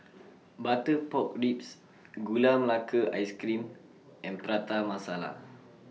Butter Pork Ribs Gula Melaka Ice Cream and Prata Masala